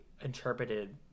interpreted